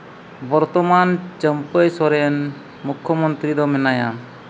ᱵᱚᱨᱛᱚᱢᱟᱱ ᱪᱟᱹᱢᱯᱟᱹᱭ ᱥᱚᱨᱮᱱ ᱢᱩᱠᱷᱚᱢᱚᱱᱛᱨᱤ ᱫᱚ ᱢᱮᱱᱟᱭᱟ